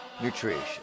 Nutrition